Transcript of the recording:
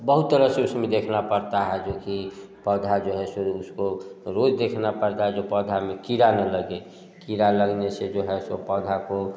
बहुत तरह से उसमें देखना पड़ता है जो कि पौधा जो है सो उसको रोज़ देखना पड़ता जो पौधा में कीड़ा न लगे कीड़ा लगने से जो है सो पौधा को